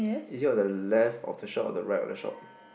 is it on the left of the shop or the right of the shop